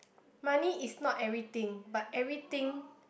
money is not everything but everything